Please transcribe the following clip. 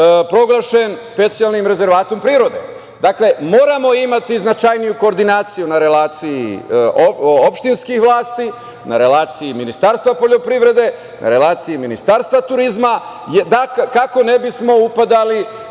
proglašen specijalnim rezervatom prirode. Dakle, moramo imati značajniju koordinaciju na relaciji opštinskih vlasti, na relaciji Ministarstva poljoprivrede, na relaciji Ministarstva turizma, kako ne bismo upadali